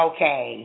Okay